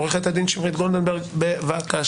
עורכת הדין שמרית גולדנברג, בבקשה.